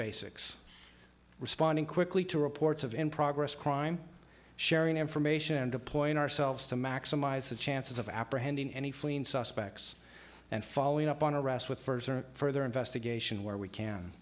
basics responding quickly to reports of in progress crime sharing information deploying ourselves to maximize the chances of apprehending any fleeing suspects and following up on a rest with further investigation where we can